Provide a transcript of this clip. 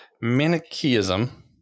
Manichaeism